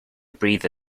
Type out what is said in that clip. breathe